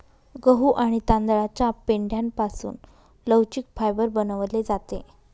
गहू आणि तांदळाच्या पेंढ्यापासून लवचिक फायबर बनवले जाते